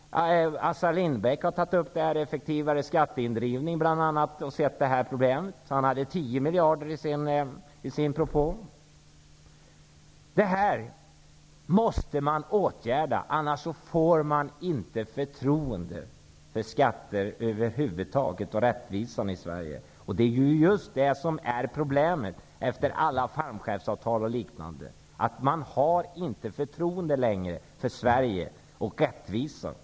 Assar Lindbeck har tagit upp att man bl.a. skulle ha en effektivare skatteindrivning, och han har sett det här problemet. I sin propå hade han 10 miljarder. Detta måste man åtgärda, annars får man över huvud taget inte förtroende för skatterna och rättvisan i Sverige. Det är ju just det som är problemet efter alla fallskärmsavtal och liknande, dvs. att man inte längre har något förtroende för Sverige och rättvisan.